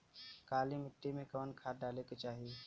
काली मिट्टी में कवन खाद डाले के चाही?